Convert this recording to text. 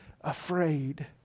afraid